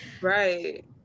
Right